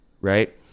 right